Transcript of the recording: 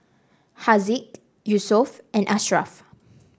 Haziq Yusuf and Ashraff